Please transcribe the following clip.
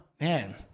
Man